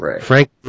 Frank